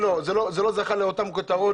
זה לא זכה לאותן כותרות